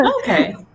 Okay